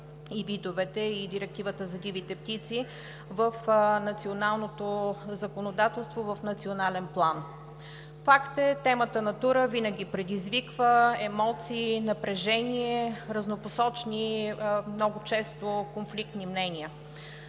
и видовете, и директивата за дивите птици в националното законодателство в национален план. Факт е – темата „Натура“ винаги предизвиква емоции, напрежение, разнопосочни, много често конфликтни мнения.